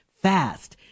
fast